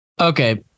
okay